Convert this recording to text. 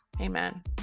amen